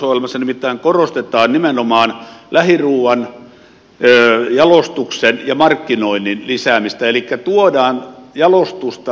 hallitusohjelmassa nimittäin korostetaan nimenomaan lähiruuan jalostuksen ja markkinoinnin lisäämistä elikkä tuodaan jalostusta lähemmäs tuotantoa